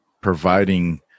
providing